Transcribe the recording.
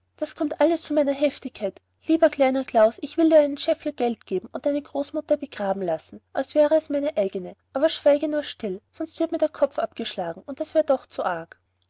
das kommt alles von meiner heftigkeit lieber kleiner klaus ich will dir einen scheffel geld geben und deine großmutter begraben lassen als wäre es meine eigene aber schweige nur still sonst wird mir der kopf abgeschlagen und das wäre doch zu arg